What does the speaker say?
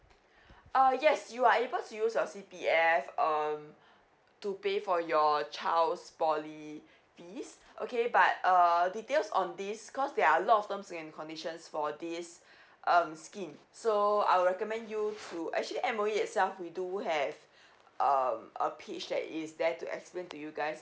uh yes you are able to use your C_P_F um to pay for your child's P_O_L_Y fees okay but err details on this cause there are a lot of terms and conditions for this um scheme so I will recommend you to actually M_O_E itself we do have um a page that is there to explain to you guys